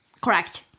Correct